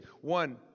One